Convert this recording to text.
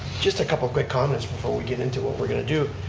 just a couple quick comments before we get into what we're going to do.